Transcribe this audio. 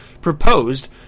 proposed